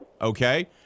Okay